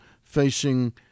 facing